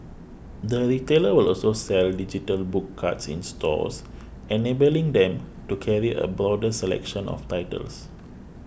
the retailer will also sell digital book cards in stores enabling them to carry a broader selection of titles